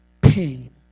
pain